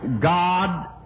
God